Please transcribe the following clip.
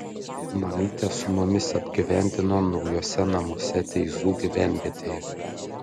mamytę su mumis apgyvendino naujuose namuose teizų gyvenvietėje